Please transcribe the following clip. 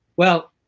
well,